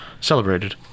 Celebrated